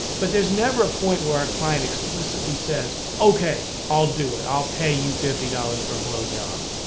but there's never a point where our client explicitly says, ok, i'll do it, i'll pay you fifty dollars for a blow job.